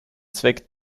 zweck